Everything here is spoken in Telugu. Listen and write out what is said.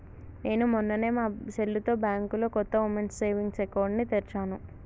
నేను మొన్ననే మా సెల్లుతో బ్యాంకులో కొత్త ఉమెన్స్ సేవింగ్స్ అకౌంట్ ని తెరిచాను